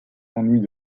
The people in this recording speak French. ennuis